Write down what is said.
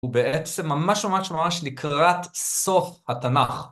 הוא בעצם ממש ממש ממש לקראת סוף התנ״ך.